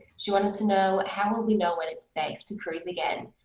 she wanted to know, how will we know when it's safe to cruise again?